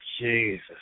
Jesus